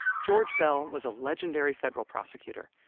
george beall was a legendary federal prosecutor,